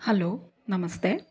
hello ನಮಸ್ತೆ